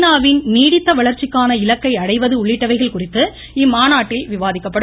நாவின் நீடித்த வளர்ச்சிக்கான இலக்கை அடைவது உள்ளிட்டவைகள் குறித்து இம்மாநாட்டில் விவாதிக்கப்படும்